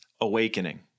awakening